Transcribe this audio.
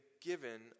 given